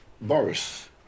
Boris